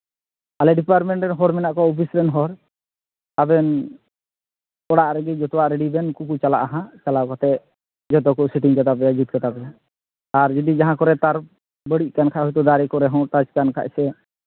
ᱟᱞᱮ ᱰᱤᱯᱟᱨᱢᱮᱱᱴ ᱨᱮᱱ ᱦᱚᱲ ᱢᱮᱱᱟᱜ ᱠᱚᱣᱟ ᱚᱯᱷᱤᱥ ᱨᱮᱱ ᱦᱚᱲ ᱟᱵᱮᱱ ᱚᱲᱟᱜ ᱨᱮᱜᱮ ᱡᱚᱛᱚᱣᱟᱜ ᱨᱮᱰᱤᱭ ᱵᱮᱱ ᱩᱱᱠᱩ ᱠᱚ ᱪᱟᱞᱟᱜᱼᱟ ᱦᱟᱸᱜ ᱪᱟᱞᱟᱣ ᱠᱟᱛᱮᱜ ᱡᱚᱛᱚ ᱠᱚ ᱥᱮᱴᱤᱝ ᱠᱟᱛᱟ ᱯᱮᱭᱟ ᱡᱩᱛ ᱠᱟᱛᱟ ᱯᱮᱭᱟ ᱟᱨ ᱡᱚᱫᱤ ᱡᱟᱦᱟᱸ ᱠᱚᱨᱮᱜ ᱛᱟᱨ ᱵᱟᱹᱲᱤᱡ ᱠᱟᱱ ᱠᱷᱟᱡ ᱦᱚᱭᱛᱚ ᱫᱟᱨᱮ ᱠᱚᱨᱮᱦᱚᱸ ᱴᱟᱪ ᱠᱟᱱ ᱠᱷᱟᱡ ᱥᱮ